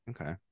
Okay